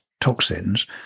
toxins